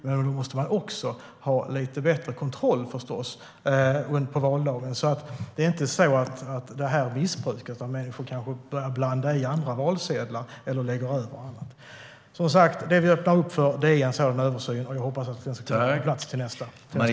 Men då måste man förstås också ha lite bättre kontroll på valdagen så att detta inte missbrukas på så sätt att människor börjar blanda valsedlar och lägga över dem. Det vi öppnar upp för är alltså en sådan översyn, och jag hoppas att det ska kunna vara på plats till nästa val.